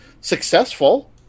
successful